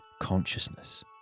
consciousness